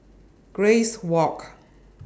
Grace Walk